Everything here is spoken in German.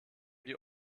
die